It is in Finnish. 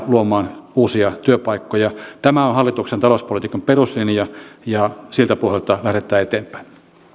luomaan uusia työpaikkoja tämä on hallituksen talouspolitiikan peruslinja ja siltä pohjalta lähdetään eteenpäin